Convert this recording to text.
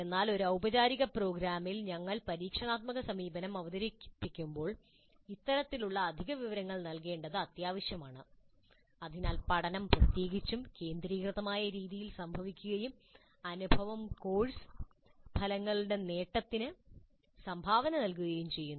എന്നാൽ ഒരു ഔപചാരിക പ്രോഗ്രാമിൽ ഞങ്ങൾ പരീക്ഷണാത്മക സമീപനം അവതരിപ്പിക്കുമ്പോൾ ഇത്തരത്തിലുള്ള അധിക വിവരങ്ങൾ നൽകേണ്ടത് അത്യാവശ്യമാണ് അതിനാൽ പഠനം പ്രത്യേകിച്ചും കേന്ദ്രീകൃതമായ രീതിയിൽ സംഭവിക്കുകയും അനുഭവം കോഴ്സ് ഫലങ്ങളുടെ നേട്ടത്തിന് സംഭാവന നൽകുകയും ചെയ്യുന്നു